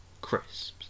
Crisps